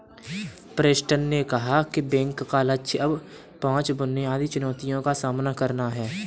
Preston ने कहा कि बैंक का लक्ष्य अब पांच बुनियादी चुनौतियों का सामना करना है